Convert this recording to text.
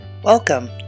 Welcome